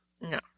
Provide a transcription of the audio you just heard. No